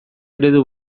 eredu